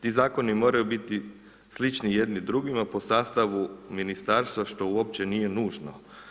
Ti zakoni moraju biti slični jedni drugima po sastavu ministarstva što uopće nije nužno.